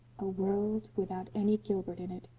a world without any gilbert in it!